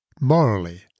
morally